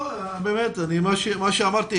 מה שאמרתי,